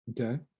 Okay